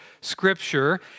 scripture